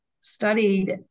studied